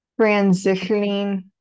transitioning